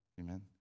Amen